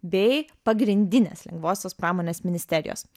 bei pagrindinės lengvosios pramonės ministerijos